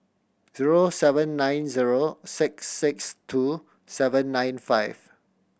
zero seven nine zero six six two seven nine five